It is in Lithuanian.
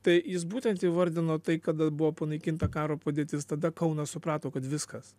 tai jis būtent įvardino tai kada buvo panaikinta karo padėtis tada kaunas suprato kad viskas